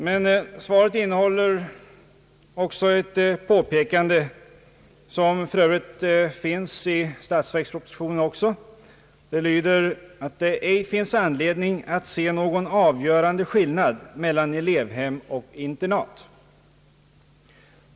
Men svaret innehåller också ett påpekande som för övrigt finns även i statsverkspropositionen. Det lyder, att det »ej finns anledning att se någon avgörande skillnad mellan elevhem och internat».